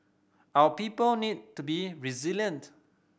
our people need to be resilient